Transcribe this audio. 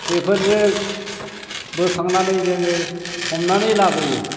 बेफोरजों बोखांनानै जोङो हमनानै लाबोयो